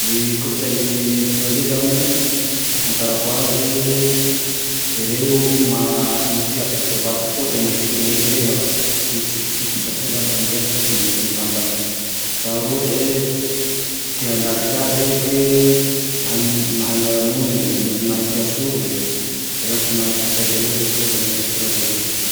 Ny kolotsainy Aostralia zane a, ty ahafantarako aze, ereo mah- mitea-devata, tonga de mahitsy rehake, tsy mifosafosa zane laha mireheake fa tonga de mirehaky mivantana, faharoa teandaty ka reke, mahay miara monine, mahae teasole, zay zane ny mahay ty fomba ereo, fomban'ny Aostralia